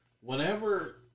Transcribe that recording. whenever